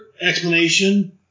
explanation